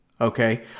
Okay